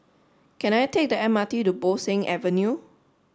can I take the M R T to Bo Seng Avenue